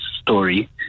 story